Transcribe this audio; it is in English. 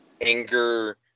anger